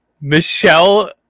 Michelle